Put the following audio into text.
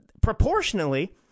proportionally